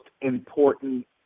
important